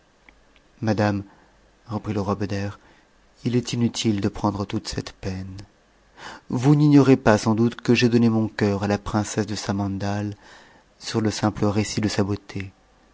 madame reprit le roi beder il est inutile de prendre toute peine vous n'ignorez pas sans doute que j'ai donné mon cœur à la priucesse de samandal sur le simple récit de sa beauté